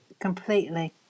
completely